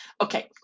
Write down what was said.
Okay